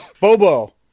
Bobo